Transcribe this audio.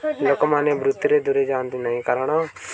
ଲୋକମାନେ ବୃତ୍ତିରେ ଦୂରେଇ ଯାଆନ୍ତି ନାହିଁ କାରଣ